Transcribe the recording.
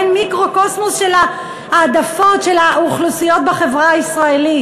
מעין מיקרוקוסמוס של ההעדפות של האוכלוסיות בחברה הישראלית.